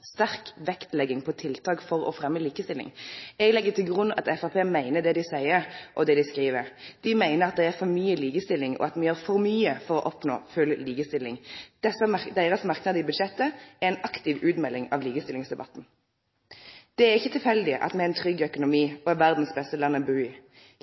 sterk vektlegging på tiltak for å fremme likestilling». Eg legg til grunn at Framstegspartiet meiner det dei seier, og det dei skriv. Dei meiner at det er for mykje likestilling, og at me gjer for mykje for å oppnå full likestilling. Deira merknad til budsjettet er ei aktiv utmelding av likestillingsdebatten. Det er ikkje tilfeldig at me har trygg økonomi og er verdas beste land å bu i.